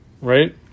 right